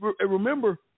Remember